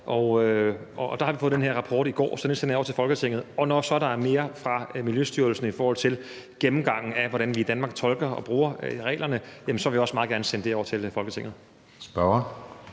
det det her konkrete område i Danmark, det handler om – over til Folketinget. Og når der så er mere fra Miljøstyrelsen i forhold til gennemgangen af, hvordan vi i Danmark tolker og bruger reglerne, vil jeg også meget gerne sende det over til Folketinget.